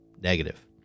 negative